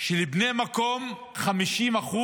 שלבני המקום, 50%,